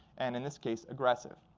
and in this case, aggressive.